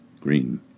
Green